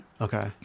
Okay